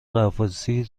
غواصی